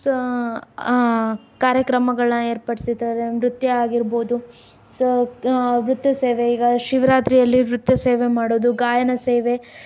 so ಕಾರ್ಯಕ್ರಮಗಳನ್ನ ಏರ್ಪಡಿಸಿರ್ತಾರೆ ನೃತ್ಯ ಆಗಿರಬಹುದು ಸೊ ನೃತ್ಯ ಸೇವೆ ಈಗ ಶಿವರಾತ್ರಿಯಲ್ಲಿ ನೃತ್ಯ ಸೇವೆ ಮಾಡೋದು ಗಾಯನ ಸೇವೆ